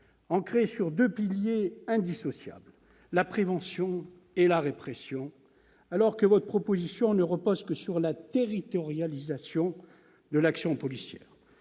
ancrée sur deux piliers indissociables, la prévention et la répression, et votre proposition, qui ne repose que sur la territorialisation de l'action policière.